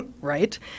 right